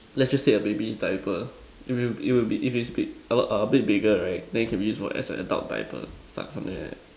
let's just say a baby diaper if you if it'll if it's be a lot of bit bigger right then you can use as adult diaper start from there